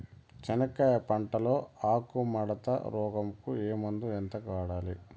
చెనక్కాయ పంట లో ఆకు ముడత రోగం కు ఏ మందు ఎంత వాడాలి?